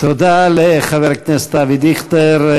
תודה לחבר הכנסת אבי דיכטר.